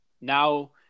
Now